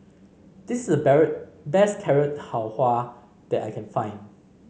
this is the best Carrot Halwa that I can find